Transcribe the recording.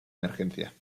emergencia